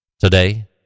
Today